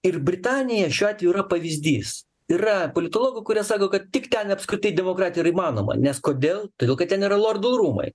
ir britanija šiuo atveju pavyzdys yra politologų kurie sako kad tik ten apskritai demokratija įmanoma nes kodėl todėl kad ten yra lordų rūmai